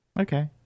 okay